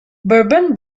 bourbon